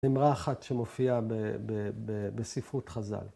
‫אמרה אחת שמופיעה בספרות חז'ל.